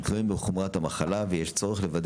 הם תלויים בחומרת המחלה ויש צורך לוודא